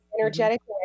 energetically